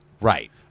Right